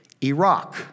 Iraq